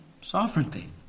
Sovereignty